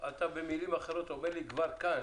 במילים אחרות אתה אומר לי כבר כאן